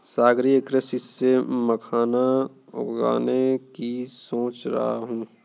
सागरीय कृषि से मखाना उगाने की सोच रहा हूं